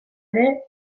ere